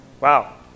Wow